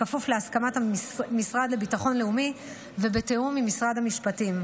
בכפוף להסכמת המשרד לביטחון לאומי ובתיאום עם משרד המשפטים.